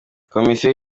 komisiyo